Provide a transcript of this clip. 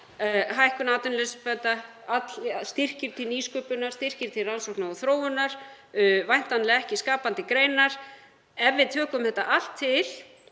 hækkun atvinnuleysisbóta, styrkir til nýsköpunar, styrkir til rannsókna og þróunar og væntanlega ekki skapandi greinar. Ef við tökum þetta allt til